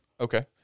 Okay